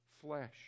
flesh